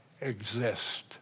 exist